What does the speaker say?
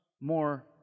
More